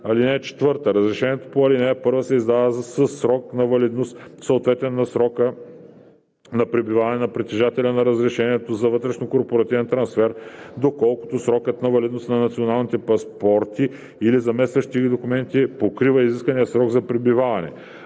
ал. 2. (4) Разрешението по ал. 1 се издава със срок на валидност, съответен на срока на пребиваване на притежателя на разрешението за вътрешнокорпоративния трансфер, доколкото срокът на валидност на националните паспорти или заместващите ги документи покрива искания срок на пребиваване.